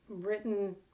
written